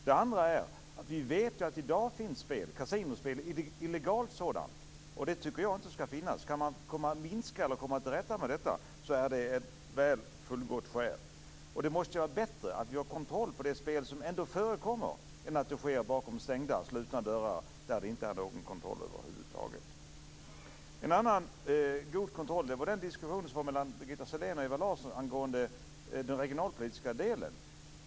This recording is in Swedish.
Ett annat skäl är att vi vet att det i dag finns illegalt kasinospel. Det tycker jag inte skall finnas. Kan man komma till rätta med detta är det ett fullgott skäl. Det måste ju vara bättre att ha kontroll på det spel som ändå förekommer än att det sker bakom stängda dörrar där det inte är någon kontroll över huvud taget. Ytterligare ett gott skäl är det som togs upp i diskussionen mellan Birgitta Sellén och Ewa Larsson angående den regionalpolitiska delen.